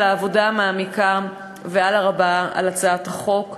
על העבודה המעמיקה והרבה על הצעת החוק,